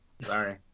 Sorry